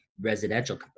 residential